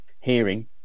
hearing